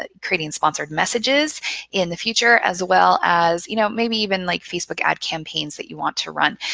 ah creating sponsored messages in the future as well as, you know, maybe even like facebook ad campaigns that you want to run.